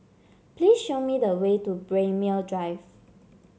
please show me the way to Braemar Drive